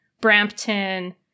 Brampton